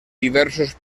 diversos